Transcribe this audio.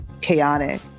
chaotic